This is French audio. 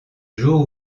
jour